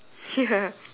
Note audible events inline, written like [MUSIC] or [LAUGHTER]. [LAUGHS] ya